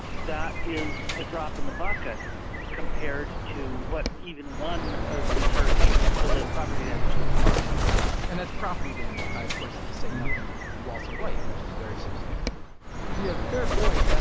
that is a drop in the bucket compared to what even one of these hurricanes, ah the property damage that it causes and that's property damage, kai, of course, to say nothing of loss of life, which is very substantial yeah, fair point. yeah